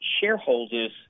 shareholders